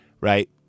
Right